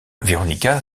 veronica